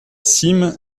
cîme